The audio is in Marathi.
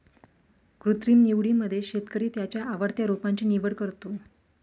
कृत्रिम निवडीमध्ये शेतकरी त्याच्या आवडत्या रोपांची निवड करतो